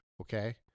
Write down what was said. Okay